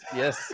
yes